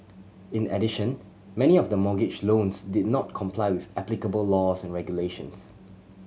in addition many of the mortgage loans did not comply with applicable laws and regulations